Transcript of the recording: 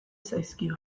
zaizkio